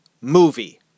movie